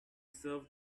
serve